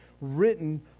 written